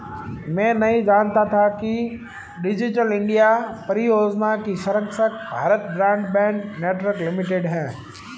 मैं नहीं जानता था कि डिजिटल इंडिया परियोजना की संरक्षक भारत ब्रॉडबैंड नेटवर्क लिमिटेड है